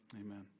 Amen